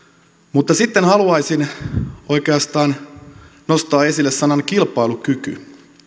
mutta sitten haluaisin oikeastaan nostaa esille sanan kilpailukyky